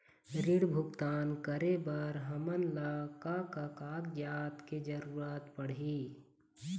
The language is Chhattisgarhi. ऋण भुगतान करे बर हमन ला का का कागजात के जरूरत पड़ही?